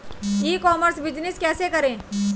ई commerce business कैसे करें?